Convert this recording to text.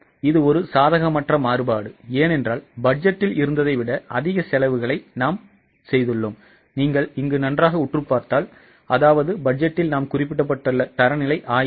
இது ஒரு சாதகமற்ற மாறுபாடு ஏனென்றால் பட்ஜெட்டில் இருந்ததை விட அதிக செலவுகளை நாம் செய்துள்ளோம்